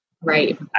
Right